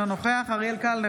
אינו נוכח אריאל קלנר,